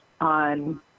on